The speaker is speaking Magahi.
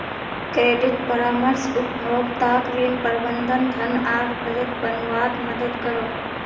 क्रेडिट परामर्श उपभोक्ताक ऋण, प्रबंधन, धन आर बजट बनवात मदद करोह